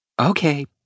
Okay